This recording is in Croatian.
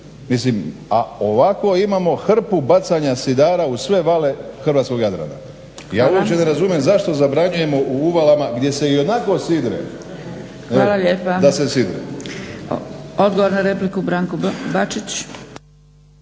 i ode, a ovako imamo hrpu bacanja sidara u sve vale hrvatskog Jadrana. Ja uopće ne razumijem zašto zabranjujemo u uvalama gdje se ionako sidre. **Zgrebec, Dragica (SDP)** Hvala lijepa. Odgovor na repliku, Branko Bačić.